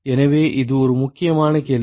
எனவே இது ஒரு முக்கியமான கேள்வி